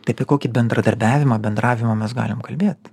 tai apie kokį bendradarbiavimą bendravimą mes galim kalbėt